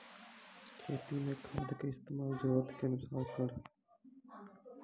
खेती मे खाद के इस्तेमाल जरूरत के अनुसार करऽ